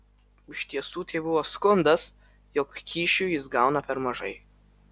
iš tiesų tai buvo skundas jog kyšių jis gauna per mažai